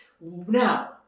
Now